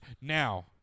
Now